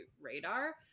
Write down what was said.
radar